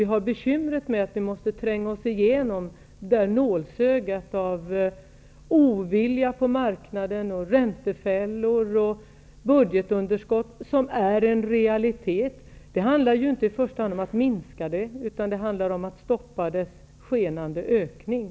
Vi har bekymmer med att vi måste tränga oss igenom nålsögat av ovilja på marknaden, räntefällor och budgetunderskott. Det är en realitet. Det handlar inte i första hand om att minska det. Det handlar om att stoppa dess skenande ökning.